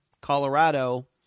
Colorado